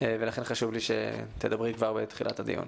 ולכן חשוב לי שתדברי כבר בתחילת הדיון.